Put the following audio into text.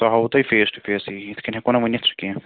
بہٕ ہاوو تۄہہِ فیس ٹُہ فیسٕے یِتھ کٔنۍ ہیکو نہٕ ؤنِتھ سُہ کینٛہہ